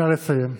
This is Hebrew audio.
נא לסיים.